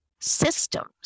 systems